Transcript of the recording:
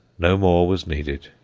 no more was needed.